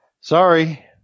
Sorry